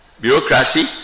bureaucracy